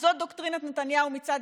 אז זאת מצד אחד דוקטרינת נתניהו הכלכלית,